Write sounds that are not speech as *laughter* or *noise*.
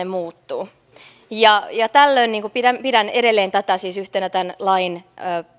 *unintelligible* muuttuu tällöin pidän pidän edelleen tätä siis yhtenä tämän lain